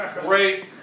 great